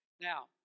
Now